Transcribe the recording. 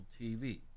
TV